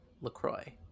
LaCroix